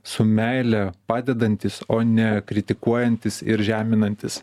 su meile padedantis o ne kritikuojantis ir žeminantis